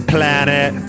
Planet